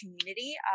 community